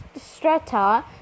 strata